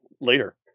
later